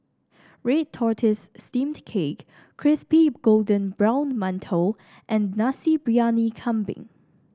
ready tortoise steamed cake Crispy Golden Brown Mantou and Nasi Briyani Kambing